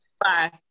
Bye